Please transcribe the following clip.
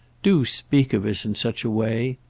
do speak of us in such a way!